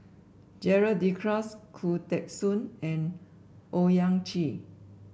Gerald De Cruz Khoo Teng Soon and Owyang Chi